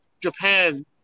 Japan